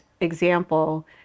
example